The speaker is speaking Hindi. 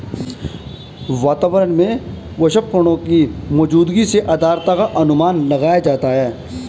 वातावरण में वाष्पकणों की मौजूदगी से आद्रता का अनुमान लगाया जाता है